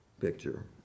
picture